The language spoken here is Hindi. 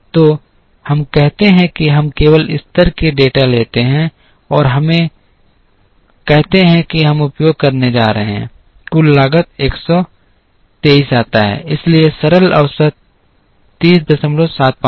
तो हम कहते हैं कि हम केवल स्तर के डेटा लेते हैं और हमें कहते हैं कि हम उपयोग करने जा रहे हैं कुल 123 आता है इसलिए सरल औसत 3075 है औसत औसत